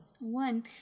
One